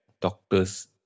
doctors